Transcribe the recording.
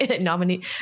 nominee